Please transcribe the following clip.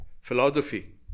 philosophy